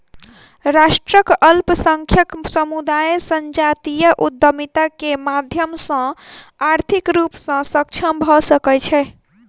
राष्ट्रक अल्पसंख्यक समुदाय संजातीय उद्यमिता के माध्यम सॅ आर्थिक रूप सॅ सक्षम भ सकै छै